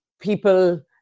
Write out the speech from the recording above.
people